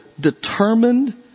determined